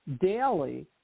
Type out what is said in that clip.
daily